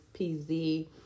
PZ